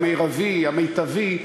המרבי והמיטבי,